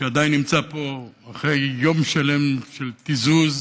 שעדיין נמצא פה אחרי יום שלם של תיזוז,